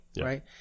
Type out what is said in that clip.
right